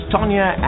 Tanya